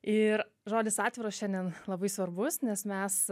ir žodis atviras šiandien labai svarbus nes mes